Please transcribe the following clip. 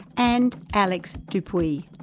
and alex dupuy.